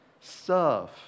serve